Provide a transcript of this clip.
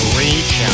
reach